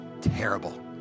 terrible